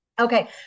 Okay